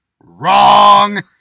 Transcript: Wrong